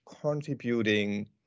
contributing